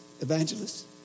evangelists